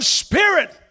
spirit